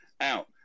out